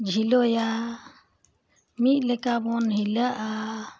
ᱡᱷᱤᱞᱚᱭᱟ ᱢᱤᱫ ᱞᱮᱠᱟᱵᱚᱱ ᱦᱤᱞᱟᱹᱜᱼᱟ